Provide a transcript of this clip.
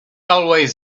always